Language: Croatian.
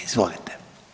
Izvolite.